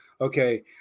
okay